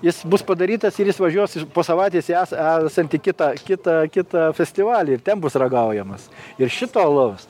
jis bus padarytas ir jis važiuos iš po savaitės į esa esantį kitą kitą kitą festivalį ir ten bus ragaujamas ir šito alaus